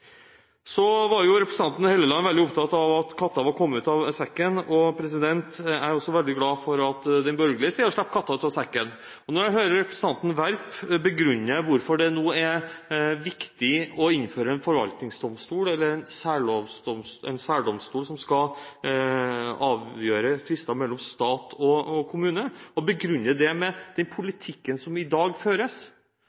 Representanten Helleland var veldig opptatt av at katta var kommet ut av sekken – og jeg er også veldig glad for at den borgerlige siden slapp katta ut av sekken. Når jeg hører representanten Werp begrunne hvorfor det nå er viktig å innføre en forvaltningsdomstol, eller en særdomstol, som skal avgjøre tvister mellom stat og kommune – han begrunner det med den